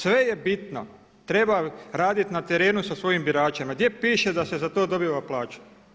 Sve je bitno, treba raditi na terenu sa svojim biračima, a gdje piše da se za to dobiva plaća.